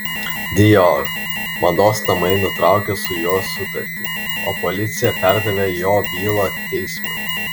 dior mados namai nutraukė su juo sutartį o policija perdavė jo bylą teismui